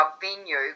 venue